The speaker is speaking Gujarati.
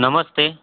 નમસ્તે